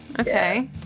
okay